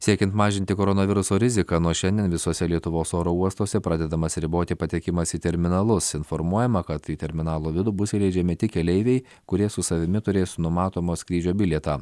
siekiant mažinti koronaviruso riziką nuo šiandien visose lietuvos oro uostuose pradedamas riboti patekimas į terminalus informuojama kad į terminalo vidų bus įleidžiami tik keleiviai kurie su savimi turės numatomo skrydžio bilietą